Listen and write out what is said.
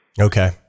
okay